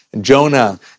Jonah